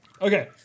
Okay